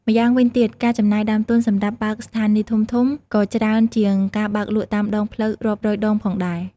ម្យ៉ាងវិញទៀត ការចំណាយដើមទុនសម្រាប់បើកស្ថានីយ៍ធំៗក៏ច្រើនជាងការបើកលក់តាមដងផ្លូវរាប់រយដងផងដែរ។